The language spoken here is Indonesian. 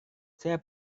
saya